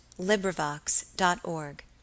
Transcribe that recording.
LibriVox.org